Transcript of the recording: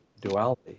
duality